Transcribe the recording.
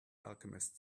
alchemist